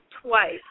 twice